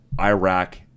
Iraq